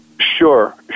Sure